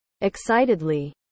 Excitedly